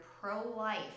pro-life